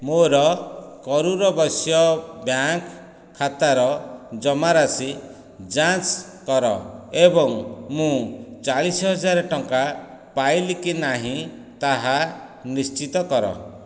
ମୋର କରୂର ବୈଶ୍ୟ ବ୍ୟାଙ୍କ୍ ଖାତାର ଜମା ରାଶି ଯାଞ୍ଚ କର ଏବଂ ମୁଁ ଚାଳିଶ ହଜାର ଟଙ୍କା ପାଇଲି କି ନାହିଁ ତାହା ନିଶ୍ଚିତ କର